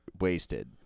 wasted